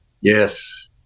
Yes